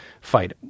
fight